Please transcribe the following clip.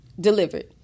delivered